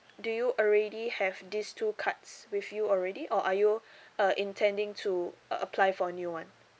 do you already have these two cards with you already or are you uh intending to uh apply for a new one